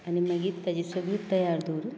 आनी मागीर तेजी सगली तयारी दवरून